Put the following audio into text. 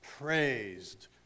praised